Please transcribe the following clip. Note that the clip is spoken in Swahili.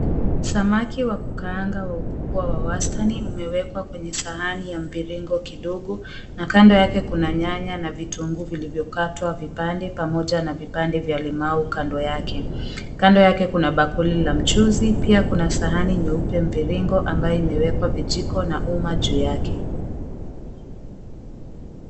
Samaki wa kukaanga wa ukubwa wa wastani umewekwa kwenye sahani ya mviringo kidogo na kando yake kuna nyanya na vitunguu vilivyokatwa vipande pamoja na vipande vya limau kando yake. Kando yake kuna bakuli la mchuzi pia kuna sahani nyeupe mviringo ambayo imewekwa vijiko na uma juu yake.